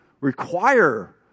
require